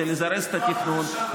כדי לזרז את התכנון,